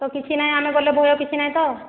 ତ କିଛି ନାହିଁ ଆମେ ଗଲେ ଭୟ କିଛି ନାହିଁ ତ